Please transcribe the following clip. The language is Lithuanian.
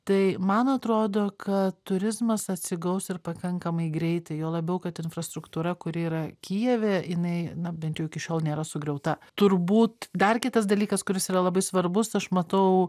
tai man atrodo kad turizmas atsigaus ir pakankamai greitai juo labiau kad infrastruktūra kuri yra kijeve jinai na bent jau iki šiol nėra sugriauta turbūt dar kitas dalykas kuris yra labai svarbus aš matau